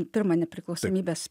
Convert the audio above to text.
pirmą nepriklausomybės